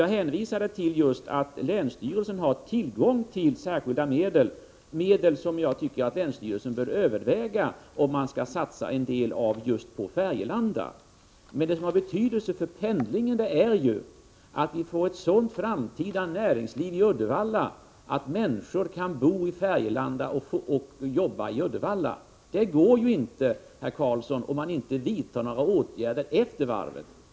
Jag hänvisade till att länsstyrelsen har tillgång till särskilda medel, och jag tycker att länsstyrelsen bör överväga om man skall satsa en del av de medlen på just Färgelanda. Men det som har betydelse för pendlingen är ju att vi får ett sådant framtida näringsliv i Uddevalla att människor kan bo i Färgelanda och jobba i Uddevalla. Någonting sådant är ju inte möjligt, herr Karlsson, om man inte vidtar några åtgärder efter det här med varvet.